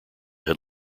had